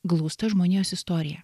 glausta žmonijos istorija